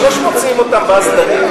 זה לא שמוציאים אותם ואז דנים,